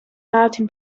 martin